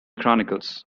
chronicles